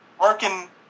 working